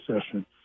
session